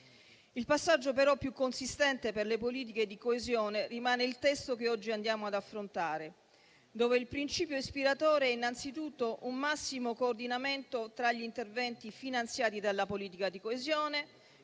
Il passaggio però più consistente per le politiche di coesione rimane il testo che oggi andiamo ad affrontare, il cui principio ispiratore è innanzitutto un massimo coordinamento tra gli interventi finanziati dalla politica di coesione,